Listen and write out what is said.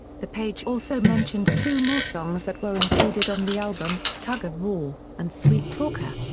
the page also mentioned two more songs that were included on the album tug of war and sweet talker.